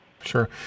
Sure